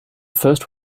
first